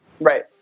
Right